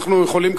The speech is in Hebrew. אנחנו יכולים,